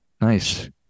Nice